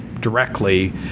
directly